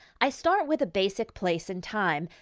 i start with a basic place and time.